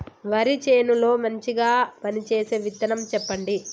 వరి చేను లో మంచిగా పనిచేసే విత్తనం చెప్పండి?